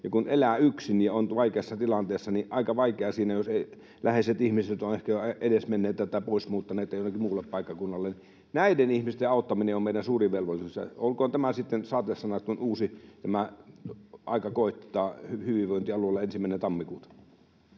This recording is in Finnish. kun elää yksin ja on vaikeassa tilanteessa, niin on aika vaikeaa siinä, jos läheiset ihmiset ovat ehkä jo edesmenneitä tai pois muuttaneita, jollakin muulla paikkakunnalla, ja näiden ihmisten auttaminen on meidän suurin velvollisuus. Olkoot nämä sitten saatesanat, kun uusi aika koittaa hyvinvointialueilla ensimmäinen tammikuuta.